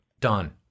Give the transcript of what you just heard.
done